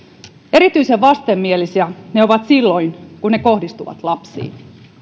erityisen vastenmielisiä ne ovat silloin kun ne kohdistuvat lapsiin